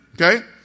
Okay